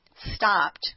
stopped